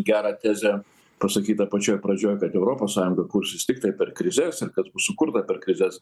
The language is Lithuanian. gerą tezę pasakytą pačioj pradžioj kad europos sąjungoj kursis tiktai per krizes ir kas bus sukurta per krizes